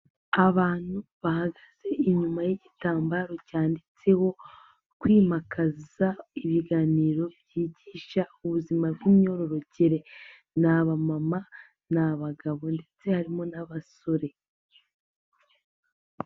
Abantu bahagaze inyuma y'igitambaro cyanditseho, kwimakaza ibiganiro byigisha ubuzima bw'imyororokere, ni aba mama, ni abagabo ndetse harimo n'abasore.